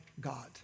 God